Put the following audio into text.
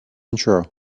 intro